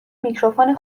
میکروفون